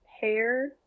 hair